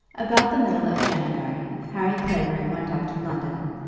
about the middle of january harry clavering went up to london,